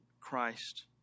christ